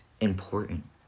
important